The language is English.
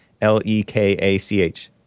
L-E-K-A-C-H